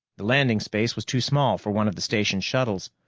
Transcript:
the landing space was too small for one of the station shuttles,